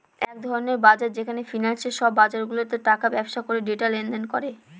এক ধরনের বাজার যেখানে ফিন্যান্সে সব বাজারগুলাতে টাকার ব্যবসা করে ডেটা লেনদেন করে